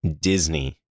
Disney